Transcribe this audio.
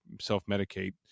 self-medicate